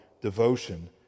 devotion